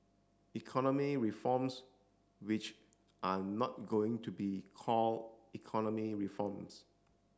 economy reforms which are not going to be called economy reforms